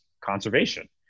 conservation